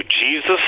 Jesus